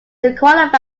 qualified